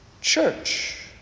church